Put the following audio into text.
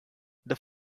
this